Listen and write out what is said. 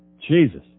Jesus